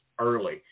early